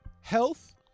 Health